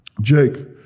Jake